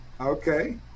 okay